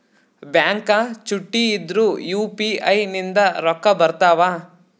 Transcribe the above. Bank ಚುಟ್ಟಿ ಇದ್ರೂ UPI ನಿಂದ ರೊಕ್ಕ ಬರ್ತಾವಾ?